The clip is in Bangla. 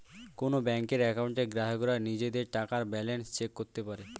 কোন ব্যাংকের অ্যাকাউন্টে গ্রাহকরা নিজেদের টাকার ব্যালান্স চেক করতে পারে